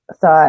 thought